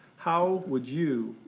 how would you,